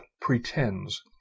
pretends